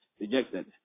rejected